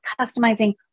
customizing